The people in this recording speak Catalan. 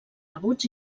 rebuts